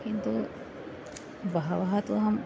किन्तु बहवः तु अहं